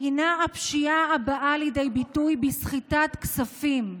הינה פשיעה הבאה לידי ביטוי בסחיטת כספים,